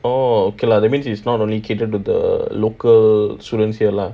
oh okay lah that means is not only catered to the local students here lah